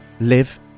live